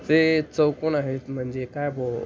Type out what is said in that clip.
ते चौकोन आहेत म्हणजे काय भो